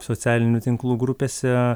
socialinių tinklų grupėse